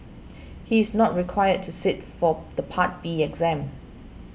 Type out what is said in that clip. he is not required to sit for the Part B exam